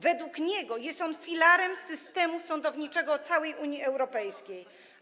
Według niego jest on filarem systemu sądowniczego całej Unii Europejskiej.